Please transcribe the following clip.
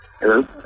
Hello